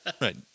Right